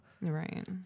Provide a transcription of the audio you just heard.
Right